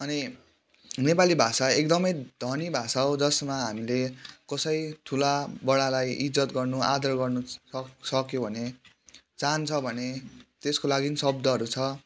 अनि नेपाली भाषा एकदमै धनी भाषा हो जसमा हामीले कसै ठुला बडालाई इज्जत गर्नु आदर गर्नु सक सक्यो भने चाहन्छ भने तेसको लागिन शब्दहरू छ